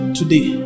today